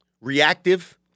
reactive—